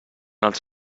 els